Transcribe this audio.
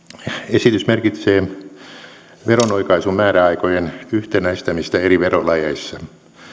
esitys merkitsee veronoikaisumääräaikojen yhtenäistämistä eri verolajeissa